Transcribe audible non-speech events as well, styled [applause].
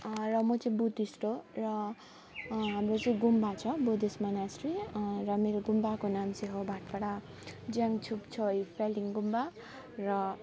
र म चाहिँ बुद्धिस्ट हो र हाम्रो चाहिँ गुम्बा छ बुद्धिस्ट मोनेस्ट्रेरी र मेरो गुम्बाको नाम चाहिँ हो भाटपाडा जियाङ छुप छो [unintelligible] गुम्बा र